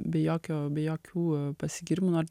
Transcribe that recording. be jokio be jokių pasigyrimų noriu